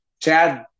Chad